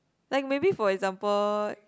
like maybe for example